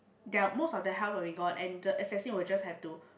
their most of their health will be gone and the assessing will just have to